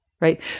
right